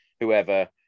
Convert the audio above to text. whoever